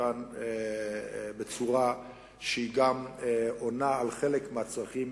כאן בצורה שגם עונה על חלק מהצרכים